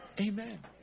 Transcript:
Amen